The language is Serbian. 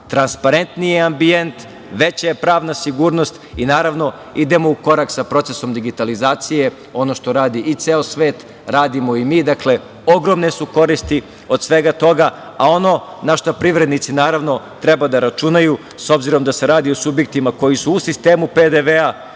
transparentniji ambijent, veća je pravna sigurnost i naravno idemo u korak sa procesom digitalizacije. Ono što radi ceo svet radimo i mi. Dakle, ogromne su koristi od svega toga, a ono na šta privrednici naravno treba da računaju, s obzirom da se radi o subjektima koji su u sistemu PDV-a,